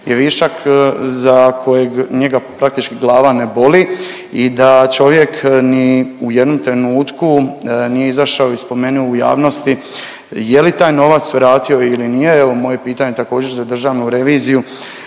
je višak za kojeg njega praktički glava ne boli i da čovjek ni u jednom trenutku nije izašao i spomenuo u javnosti je li taj novac vratio ili nije, evo moje pitanje također za državnu reviziju,